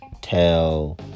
tell